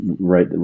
right